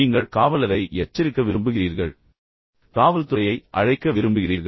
நீங்கள் காவலரை எச்சரிக்க விரும்புகிறீர்கள் காவல்துறையை அழைக்க விரும்புகிறீர்கள்